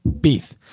beef